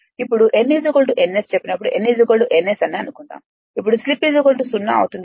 ఇప్పుడు n n S చెప్పినప్పుడు n n S అని అనుకుందాం అప్పుడు స్లిప్ 0 అవుతుంది